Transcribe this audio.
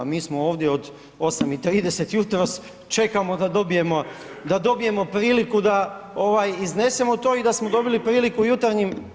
Mi smo ovdje od 8,30 jutros čekamo da dobijemo priliku da iznesemo to i da smo dobili priliku u jutarnjim.